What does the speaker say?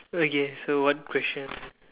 okay so what question